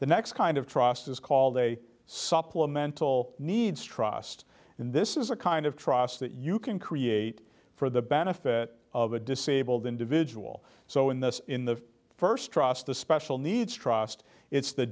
the next kind of trust is called a supplemental needs trust and this is a kind of trust that you can create for the benefit of a disabled individual so in this in the first trust the special needs trust it's the